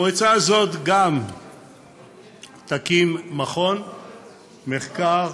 המועצה הזאת גם תקים מכון מחקר,